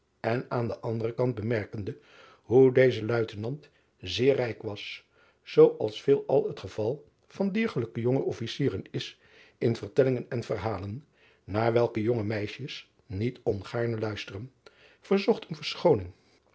en aan den anderen kant bemerkende hoe deze uitenant zeer rijk was zoo als veelal het geval van diergelijke jonge fficieren is in vertellingen en verhalen naar welke jonge meisjes niet ongaarne luisteren verzocht hem